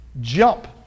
jump